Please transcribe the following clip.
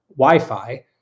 Wi-Fi